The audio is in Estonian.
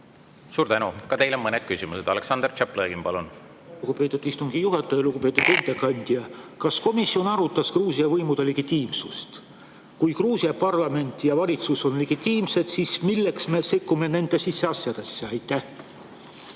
Suur tänu! Ka teile on mõned küsimused. Aleksandr Tšaplõgin, palun! Lugupeetud istungi juhataja! Lugupeetud ettekandja! Kas komisjon arutas Gruusia võimude legitiimsust? Kui Gruusia parlament ja valitsus on legitiimsed, siis milleks me sekkume nende siseasjadesse?